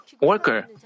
worker